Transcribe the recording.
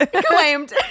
Claimed